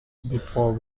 before